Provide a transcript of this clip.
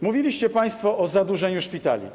Mówiliście państwo o zadłużeniu szpitali.